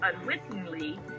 unwittingly